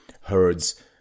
herds